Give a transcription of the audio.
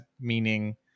meaning